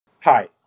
Hi